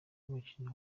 umukino